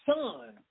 son